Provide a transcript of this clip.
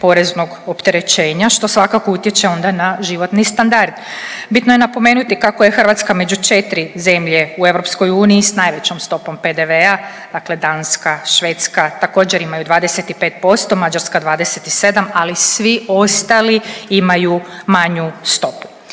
poreznog opterećenja što svakako utječe onda na životni standard. Bitno je napomenuti kako je Hrvatska među 4 zemlje u EU s najvećom stopom PDV-a, dakle Danska, Švedska također imaju 25%, Mađarska 27 ali svi ostali imaju manju stopu.